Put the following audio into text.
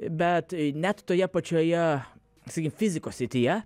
bet net toje pačioje sakykim fizikos srityje